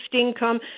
income